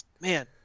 man